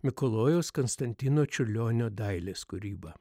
mikalojaus konstantino čiurlionio dailės kūryba